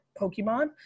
Pokemon